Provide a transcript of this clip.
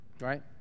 right